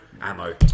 ammo